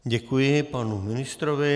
Děkuji panu ministrovi.